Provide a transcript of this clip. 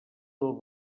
del